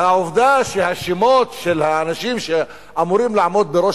והעובדה שהשמות של האנשים שאמורים לעמוד בראש